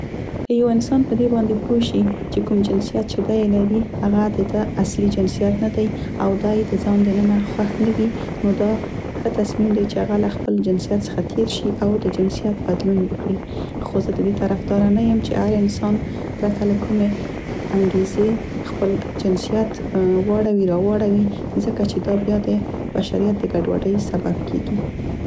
که یو انسان په دې باندې پوه شي چې کوم جنسیت چې دی یې لري هغه د ده اصلي جنسیت نه دی او دی د ځان د ننه خوښ نه وي نو دا ښه تصمیم دی چې هغه له خپل جنسیت څخه تیر شي او د جنسیت بدلون وکړي. خو زه د دې طرفداره نه یم چې هر انسان پرته له کومې انګیزې خپل جنسیت واړوي راواړوي، ځکه چې دا بیا د بشریت د ګډوډۍ سبب کیګي.